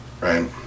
right